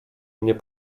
mnie